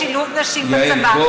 לשילוב נשים לצבא.